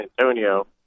Antonio